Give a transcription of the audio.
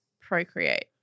procreate